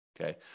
Okay